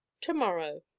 tomorrow